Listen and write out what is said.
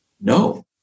no